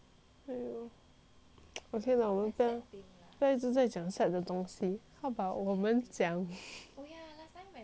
okay lah 我们不要一直讲 sad 的东西 how about 我们讲